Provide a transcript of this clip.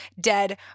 dead